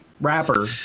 rapper